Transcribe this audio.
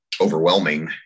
overwhelming